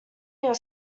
your